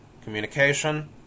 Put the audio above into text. communication